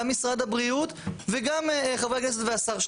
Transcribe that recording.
גם משרד הבריאות וגם חברי הכנסת והשר,